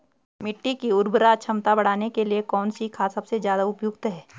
मिट्टी की उर्वरा क्षमता बढ़ाने के लिए कौन सी खाद सबसे ज़्यादा उपयुक्त है?